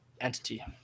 entity